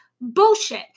Bullshit